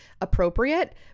appropriate